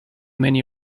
many